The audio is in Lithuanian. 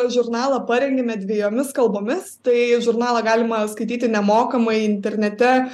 žurnalą parengėme dvejomis kalbomis tai žurnalą galima skaityti nemokamai internete